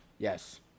Yes